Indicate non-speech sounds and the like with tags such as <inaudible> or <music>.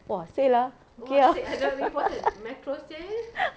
!wah! sale ah okay ah <laughs>